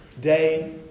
day